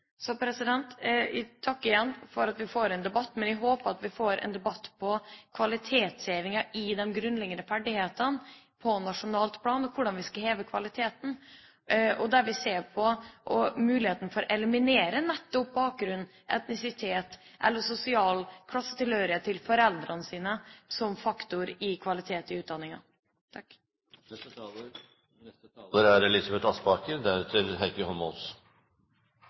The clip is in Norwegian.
Jeg takker igjen for at vi får en debatt, men jeg håper vi får en debatt om kvalitetshevinga i de grunnleggende ferdighetene på nasjonalt plan, og hvordan vi skal heve kvaliteten, der vi ser på muligheten for å eliminere nettopp bakgrunn, etnisitet eller sosial klassetilhørighet til foreldre som faktor i kvalitet i utdanninga. Representanten Hadia Tajik tar opp et tema som er